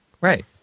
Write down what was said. Right